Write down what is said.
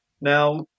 Now